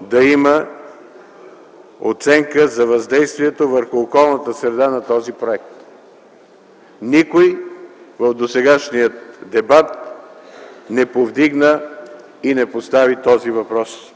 да има оценка за въздействието върху околната среда на този проект? Никой в досегашния дебат не повдигна и не постави този въпрос.